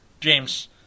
James